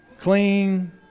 clean